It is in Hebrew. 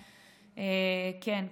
כן,